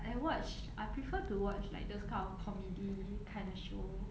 I watch I prefer to watch like those kind of comedy kind of show